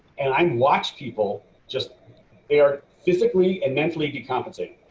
and i'm watch people just they are physically and mentally to compensate.